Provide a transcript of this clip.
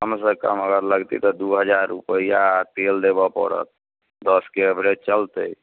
कम से कम अगर लगते तऽ दू हजार रूपैआ तेल देबऽ पड़त दश के एभरेज चलतै